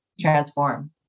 transform